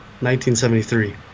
1973